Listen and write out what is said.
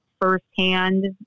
firsthand